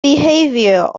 behavior